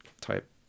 type